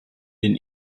den